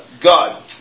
God